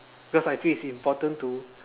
because I think it's important to